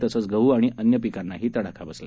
तसंच गहू आणि अन्य पिकांनाही तडाखा बसला